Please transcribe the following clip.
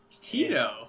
Tito